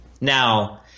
Now